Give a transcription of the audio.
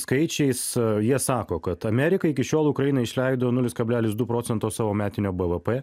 skaičiais jie sako kad amerika iki šiol ukraina išleido nulis kablelis du procento savo metinio bvp